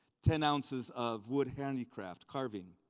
ten ounces of wood handicraft carving.